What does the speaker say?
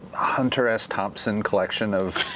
hunter s. thompson collection of